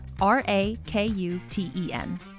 R-A-K-U-T-E-N